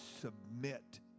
submit